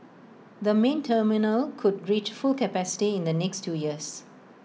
the main terminal could reach full capacity in the next two years